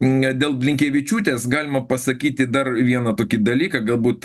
ne dėl blinkevičiūtės galima pasakyti dar vieną tokį dalyką galbūt